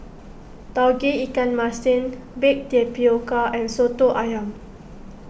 Tauge Ikan Masin Baked Tapioca and Soto Ayam